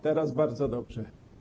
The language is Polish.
Teraz bardzo dobrze.